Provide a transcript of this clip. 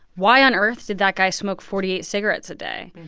why on earth did that guy smoke forty eight cigarettes a day?